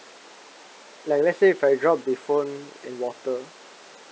like let's say if I drop the phone in water